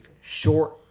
short